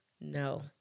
no